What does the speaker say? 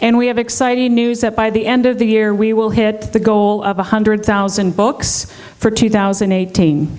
and we have exciting news that by the end of the year we will hit the goal of one hundred thousand books for two thousand and eighteen